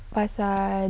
pasal